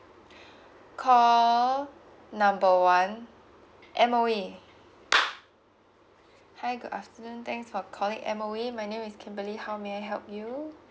call number one M_O_E hi good afternoon thanks for calling M_O_E my name is kimberly how may I help you